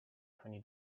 twenty